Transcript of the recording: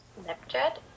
Snapchat